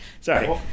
Sorry